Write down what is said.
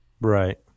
right